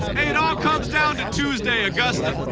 it all comes down to tuesday, augusta.